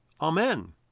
amen